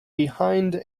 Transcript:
behind